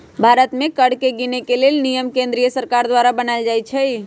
भारत में कर के गिनेके लेल नियम केंद्रीय सरकार द्वारा बनाएल जाइ छइ